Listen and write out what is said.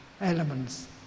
elements